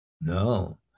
No